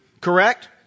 Correct